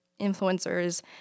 influencers